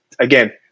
Again